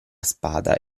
spada